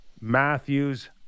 Matthews